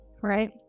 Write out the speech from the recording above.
Right